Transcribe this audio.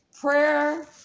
Prayer